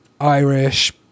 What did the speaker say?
irish